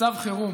מצב חירום.